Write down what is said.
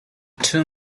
two